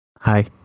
hi